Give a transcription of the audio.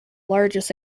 largest